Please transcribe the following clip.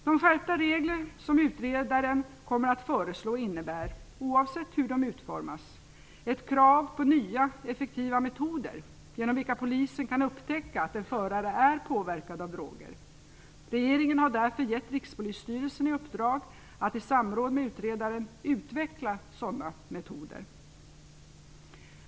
De skärpta regler som utredaren kommer att föreslå innebär, oavsett hur de utformas, ett krav på nya, effektiva metoder, genom vilka polisen kan upptäcka att en förare är påverkad av droger. Regeringen har därför givit Rikspolisstyrelsen i uppdrag att i samråd med utredaren utveckla sådana metoder.